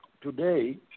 today